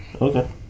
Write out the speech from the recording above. Okay